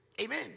Amen